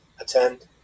attend